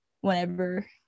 whenever